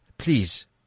Please